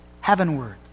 heavenward